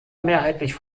mehrheitlich